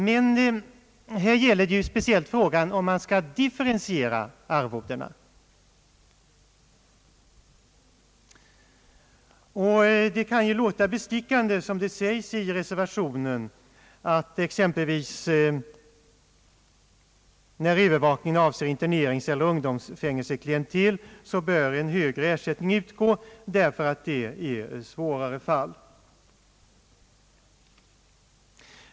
Men här gäller det ju speciellt frågan om man skall differentiera arvodena. Det kan låta bestickande som det sägs i reservationen att när övervakningen exempelvis avser interneringseller ungdomsfängelseklientel bör en högre ersättning utgå därför att det rör sig om svårare fall.